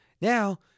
Now